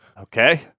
Okay